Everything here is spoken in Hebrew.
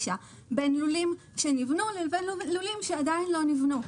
בין לולים שנבנו לבין לולים שעדיין לא נבנו.